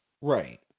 Right